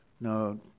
No